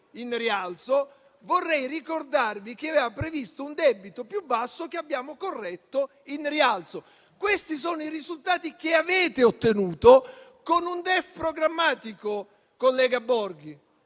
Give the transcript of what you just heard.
in rialzo. Vorrei ricordarvi che aveva previsto un debito più basso, che abbiamo corretto in rialzo. Questi sono i risultati che avete ottenuto con un DEF programmatico, collega Borghi.